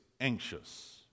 anxious